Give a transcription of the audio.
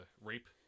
rape